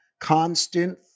constant